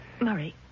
Murray